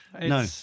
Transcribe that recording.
No